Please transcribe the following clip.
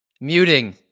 Muting